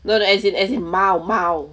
no no as in as in 猫猫